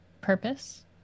purpose